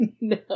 No